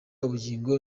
ubugingo